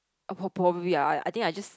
prob~ probably ah I I think I just